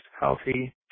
healthy